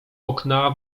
okna